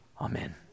Amen